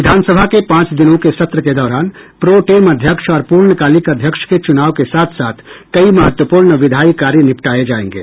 विधानसभा के पांच दिनों के सत्र के दौरान प्रो टेम अध्यक्ष और पूर्णकालिक अध्यक्ष के चुनाव के साथ साथ कई महत्वपूर्ण विधायी कार्य निबटाये जायेंगे